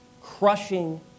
crushing